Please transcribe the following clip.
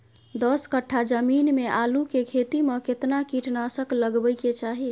दस कट्ठा जमीन में आलू के खेती म केतना कीट नासक लगबै के चाही?